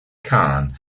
khan